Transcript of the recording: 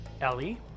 Ellie